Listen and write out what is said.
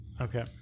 okay